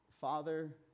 father